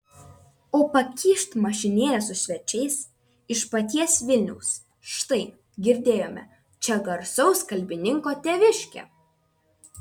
o pakyšt mašinėlė su svečiais iš paties vilniaus štai girdėjome čia garsaus kalbininko tėviškė